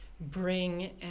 bring